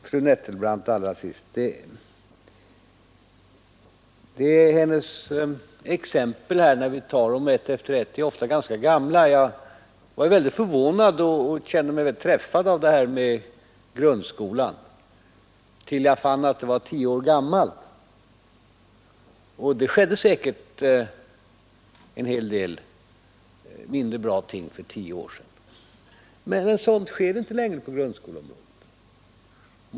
Fru Nettelbrandts exempel är ofta ganska gamla, om man ser på dem ett efter ett. Till att börja med var jag mycket förvånad och kände mig träffad av vad fru Nettelbrandt sade om grundskolan, till dess att jag fann att vad hon sade var 10 år gammalt. Det hände säkert en hel del mindre bra saker för 10 år sedan, men det sker inte längre på grundskolans område.